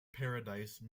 paradise